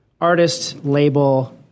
artist-label